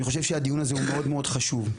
אני חושב שהדיון הזה הוא מאוד מאוד חשוב.